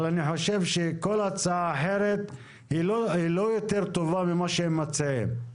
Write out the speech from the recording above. אבל אני חושב שכל הצעה אחרת היא לא יותר טובה ממה שהם מציעים.